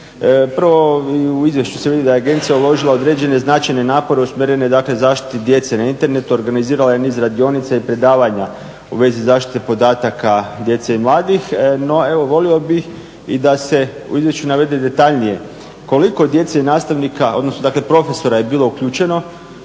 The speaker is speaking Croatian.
Prvo u izvješću se vidi da je agencija uložila određene značajne napore usmjerene dakle zaštiti djece na internetu, organizirala je niz radionica i predavanja u vezi zaštite podataka djece i mladih. No evo volio bih i da se u izvješću navede detaljnije koliko djece i nastavnika odnosno dakle profesora je bilo uključeno